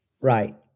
Right